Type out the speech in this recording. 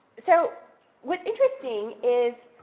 so what's interesting is